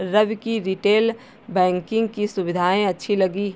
रवि को retail banking की सुविधाएं अच्छी लगी